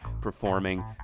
performing